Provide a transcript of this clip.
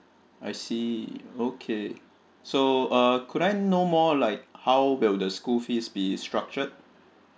I see okay so uh could I know more like how will the school fees be structured